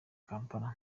kampala